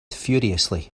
furiously